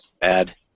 bad